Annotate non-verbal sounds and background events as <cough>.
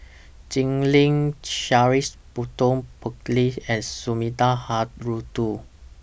Jim Lim Charles Burton Buckley and Sumida <unintelligible>